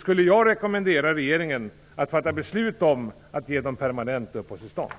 skulle jag rekommendera regeringen att fatta beslut om att ge dem permanent uppehållstillstånd.